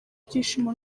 ibyishimo